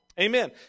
Amen